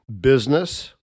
business